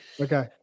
Okay